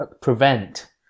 prevent